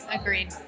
agreed